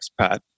expat